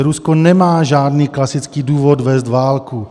Rusko nemá žádný klasický důvod vést válku.